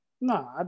no